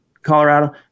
Colorado